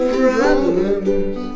problems